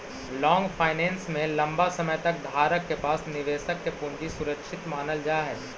long finance में लंबा समय तक धारक के पास निवेशक के पूंजी सुरक्षित मानल जा हई